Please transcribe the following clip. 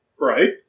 Right